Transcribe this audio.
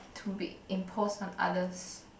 to be imposed on others